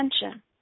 attention